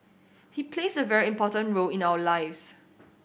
he plays a very important role in our lives